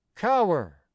cower